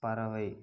பறவை